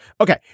Okay